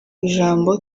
ijambo